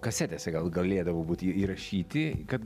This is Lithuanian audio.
kasetėse gal galėdavo būti įrašyti kad